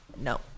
No